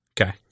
Okay